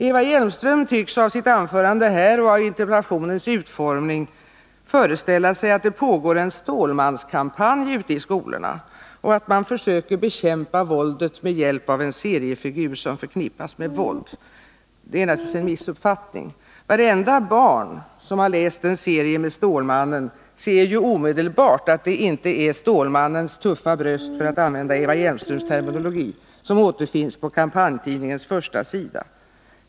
Eva Hjelmström tycks av hennes anförande här och interpellationen att döma föreställa sig att det pågår en Stålmanskampanj ute i skolorna och att man försöker bekämpa våldet med hjälp av en seriefigur som förknippas med våld. Det är naturligtvis en missuppfattning. Vartenda barn som läst en serie med Stålmannen har omedelbart sett att det inte är Stålmannens tuffa bröst, för att använda Eva Hjelmströms terminologi, som återfinns på kampanjtidningens första sida.